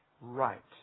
right